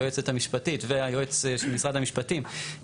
היועצת המשפטית והיועץ של משרד המשפטים,